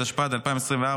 התשפ"ד 2024,